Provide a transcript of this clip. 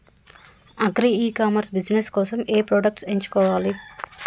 Agri e commerce business కోసము ఏ products ఎంచుకోవాలి?